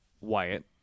Wyatt